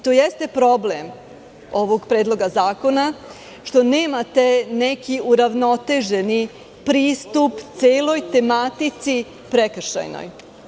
To jeste problem ovog predloga zakona, što nemate neki uravnoteženi pristup celoj tematici prekršajnoj.